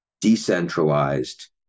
decentralized